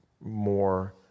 more